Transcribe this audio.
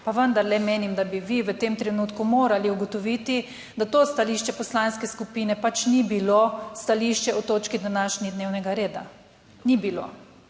pa vendarle menim, da bi vi v tem trenutku morali ugotoviti, da to stališče poslanske skupine pač ni bilo stališče o točki današnji, dnevnega reda ni bilo.